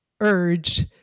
urge